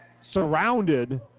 surrounded